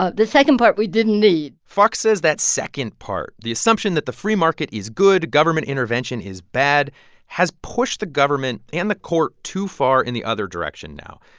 ah the second part we didn't need fox says that second part the assumption that the free market is good, government intervention is bad has pushed the government and the court too far in the other direction now.